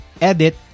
edit